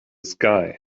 sky